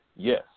Yes